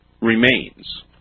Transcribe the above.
remains